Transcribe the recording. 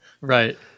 Right